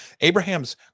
Abraham's